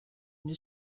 une